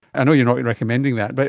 i know you're not recommending that, but